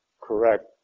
correct